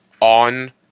on